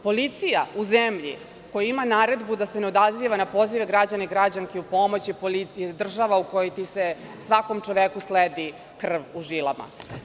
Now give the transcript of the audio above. Policija u zemlji koja ima naredbu da se ne odaziva na pozive građana i građanki u pomoć je država u kojoj ti se svakom čoveku sledi krv u žilama.